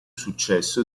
successo